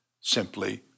simply